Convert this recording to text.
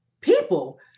people